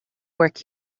work